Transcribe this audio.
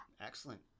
excellent